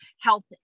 health